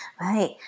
Right